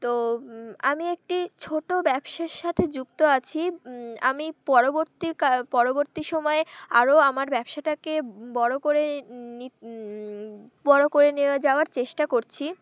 তো আমি একটি ছোটো ব্যবসার সাথে যুক্ত আছি আমি পরবর্তীকাল পরবর্তী সময়ে আরও আমার ব্যবসাটাকে বড়ো করে বড়ো করে নিয়ে যাওয়ার চেষ্টা করছি